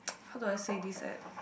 how do I say this at